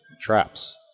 traps